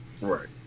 Right